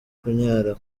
kunyara